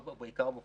לא לראש העיר,